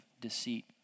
deceit